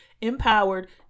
empowered